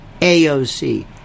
AOC